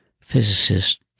physicist